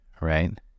right